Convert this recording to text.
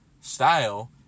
style